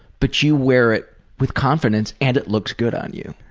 but you wear it with confidence and it looks good on you.